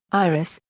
iris,